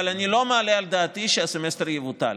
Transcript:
אבל אני לא מעלה על דעתי שהסמסטר יבוטל.